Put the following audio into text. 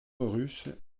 russe